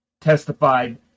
testified